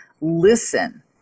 Listen